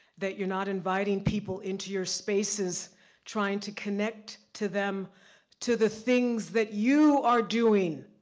that you're not inviting people into your spaces trying to connect to them to the things that you are doing,